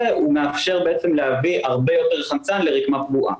מאפשר להביא הרבה יותר חמצן לרקמה פגועה.